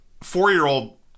four-year-old